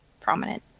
prominent